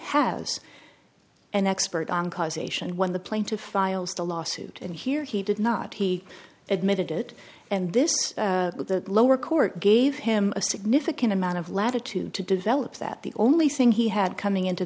has an expert on causation when the plaintiff files a lawsuit and here he did not he admitted it and this the lower court gave him a significant amount of latitude to develop that the only thing he had coming into